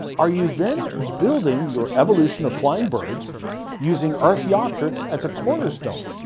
are you then building your evolution of flying birds using archaeopteryx as a cornerstone,